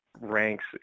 ranks